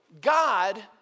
God